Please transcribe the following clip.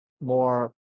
more